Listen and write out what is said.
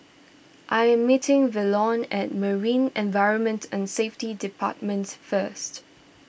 I am meeting Velon at Marine Environment and Safety Departments first